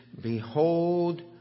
Behold